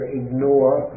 ignore